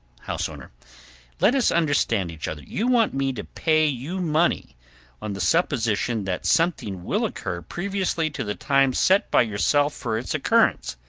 house owner let us understand each other. you want me to pay you money on the supposition that something will occur previously to the time set by yourself for its occurrence.